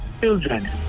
children